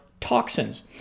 toxins